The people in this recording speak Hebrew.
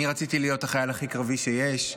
אני רציתי להיות החייל הכי קרבי שיש,